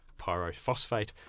pyrophosphate